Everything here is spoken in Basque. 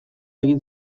egin